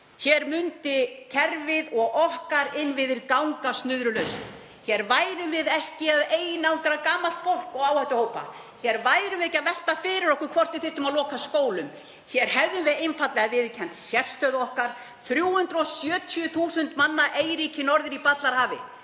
Kerfið okkar og innviðir myndu ganga snurðulaust. Hér værum við ekki að einangra gamalt fólk og áhættuhópa. Hér værum við ekki að velta fyrir okkur hvort við þyrftum að loka skólum. Hér hefðum við einfaldlega viðurkennt sérstöðu okkar, 370.000 manna eyríki norður í ballarhafi.